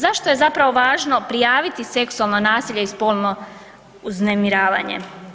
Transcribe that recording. Zašto je zapravo važno prijaviti seksualno nasilje i spolno uznemiravanje?